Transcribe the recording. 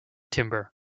timber